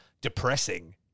depressing